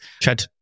Chad